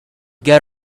get